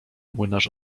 młynarz